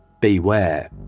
Beware